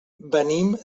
venim